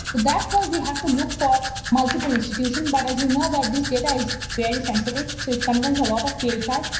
that's why we have to look for multiple institutions, but as you know, that this data is very sensitive so it kind of contains a lot of paycheck.